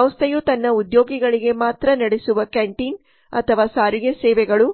ಸಂಸ್ಥೆಯು ತನ್ನ ಉದ್ಯೋಗಿಗಳಿಗೆ ಮಾತ್ರ ನಡೆಸುವ ಕ್ಯಾಂಟೀನ್ ಅಥವಾ ಸಾರಿಗೆ ಸೇವೆಗಳು